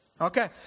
Okay